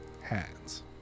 hands